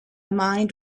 mind